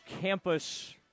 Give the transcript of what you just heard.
campus